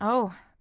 o,